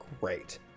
great